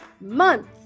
month